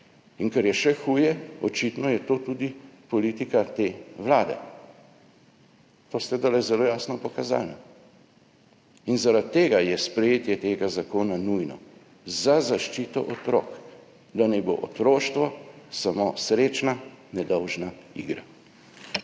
Kar je še huje, očitno je to tudi politika te vlade. To ste zdaj zelo jasno pokazali. Zaradi tega je sprejetje tega zakona nujno za zaščito otrok, da naj bo otroštvo samo srečna nedolžna igra.